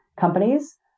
companies